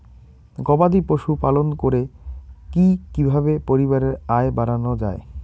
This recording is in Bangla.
গবাদি পশু পালন করে কি কিভাবে পরিবারের আয় বাড়ানো যায়?